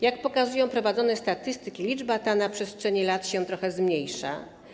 Jak pokazują prowadzone statystyki, liczba ta na przestrzeni lat trochę się zmniejszyła.